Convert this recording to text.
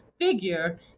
figure